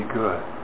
good